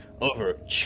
over